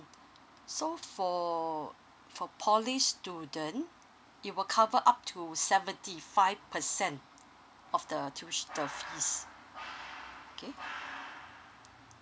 so for for poly student it will cover up to seventy five percent of the tuiti~ the fees okay